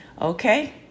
Okay